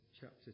chapter